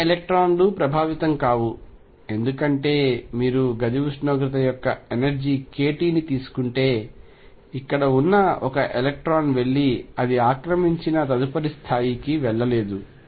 అన్ని ఎలక్ట్రాన్లు ప్రభావితం కావు ఎందుకంటే మీరు గది ఉష్ణోగ్రత యొక్క ఎనర్జీ kT ని తీసుకుంటే ఇక్కడ ఉన్న ఒక ఎలక్ట్రాన్ వెళ్లి అది ఆక్రమించిన తదుపరి స్థాయికి వెళ్లలేదు